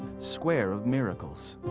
square of miracles.